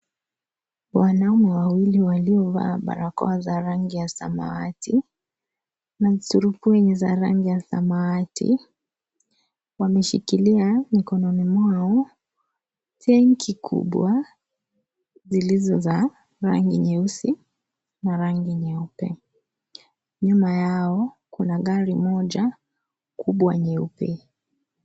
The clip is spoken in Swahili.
Wanaume wawili waliova barakoa za rangi ya samawati na surupwenye za rangi ya samawati wameshikilia mikononi mwao tenki kubwa zilizo za rangi nyeusi na rangi nyeupe. Nyuma yao kuna gari moja kubwa nyeupe.